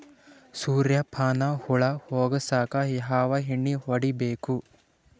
ಸುರ್ಯಪಾನ ಹುಳ ಹೊಗಸಕ ಯಾವ ಎಣ್ಣೆ ಹೊಡಿಬೇಕು?